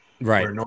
Right